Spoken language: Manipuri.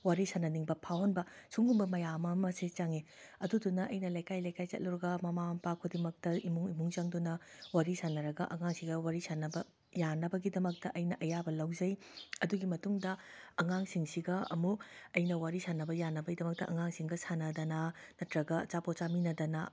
ꯋꯥꯔꯤ ꯁꯥꯅꯅꯤꯡꯕ ꯐꯥꯎꯍꯟꯕ ꯁꯨꯡꯒꯨꯡꯕ ꯃꯌꯥꯝ ꯑꯃꯁꯦ ꯆꯪꯉꯦ ꯑꯗꯨꯗꯨꯅ ꯑꯩꯅ ꯂꯩꯀꯥꯏ ꯂꯩꯀꯥꯏ ꯆꯠꯂꯨꯔꯒ ꯃꯃꯥ ꯃꯄꯥ ꯈꯨꯗꯤꯡꯃꯛꯇ ꯏꯃꯨꯡ ꯏꯃꯨꯡ ꯆꯪꯗꯨꯅ ꯋꯥꯔꯤ ꯁꯥꯅꯔꯒ ꯑꯉꯥꯡꯁꯤꯒ ꯋꯥꯔꯤ ꯁꯥꯅꯕ ꯌꯥꯅꯕꯒꯤꯗꯃꯛꯇ ꯑꯩꯅ ꯑꯌꯥꯕ ꯂꯧꯖꯩ ꯑꯗꯨꯒꯤ ꯃꯇꯨꯡꯗ ꯑꯉꯥꯡꯁꯤꯡꯁꯤꯒ ꯑꯃꯨꯛ ꯑꯩꯅ ꯋꯥꯔꯤ ꯁꯥꯅꯕ ꯌꯥꯅꯕꯒꯤꯗꯃꯛꯇ ꯑꯉꯥꯡꯁꯤꯡꯒ ꯁꯥꯅꯗꯅ ꯅꯠꯇ꯭ꯔꯒ ꯑꯆꯥꯄꯣꯠ ꯆꯥꯃꯤꯅꯗꯅ